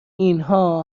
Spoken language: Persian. اینها